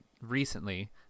recently